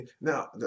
now